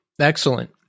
Excellent